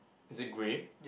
is it grey